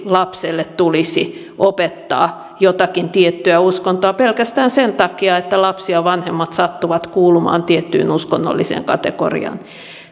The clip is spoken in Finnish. lapselle tulisi opettaa jotakin tiettyä uskontoa pelkästään sen takia että lapsi ja vanhemmat sattuvat kuulumaan tiettyyn uskonnolliseen kategoriaan